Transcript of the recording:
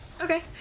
Okay